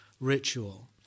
ritual